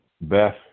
Beth